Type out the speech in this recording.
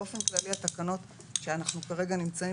באופן כללי התקנות שאנחנו כרגע נמצאים